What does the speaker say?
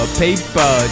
paper